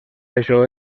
això